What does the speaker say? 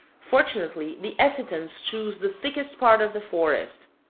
fortunately the ecitons choose the thickest part of the forest.